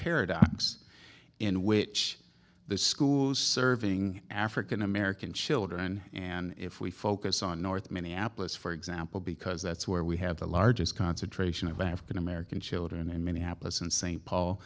paradox in which the schools serving african american children and if we focus on north minneapolis for example because that's where we have the largest concentration of african american children in minneapolis and st paul